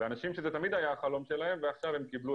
ואנשים שזה תמיד היה החלום שלהם ועכשיו הם קיבלו